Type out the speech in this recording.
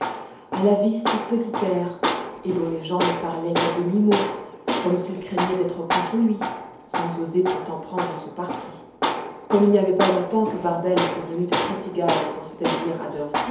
à la vie si solitaire et dont les gens ne parlaient qu'à demi-mot comme s'ils craignaient d'être contre lui sans oser pourtant prendre son parti comme il n'y avait pas longtemps que barbel était venue de prttigau pour s'établir